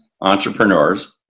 entrepreneurs